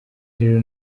rero